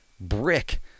brick